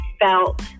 felt